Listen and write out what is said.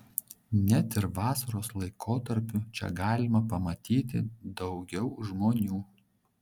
net ir vasaros laikotarpiu čia galima pamatyti daugiau žmonių